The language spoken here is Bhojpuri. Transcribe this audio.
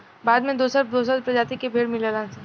भारत में दोसर दोसर प्रजाति के भेड़ मिलेलन सन